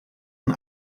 een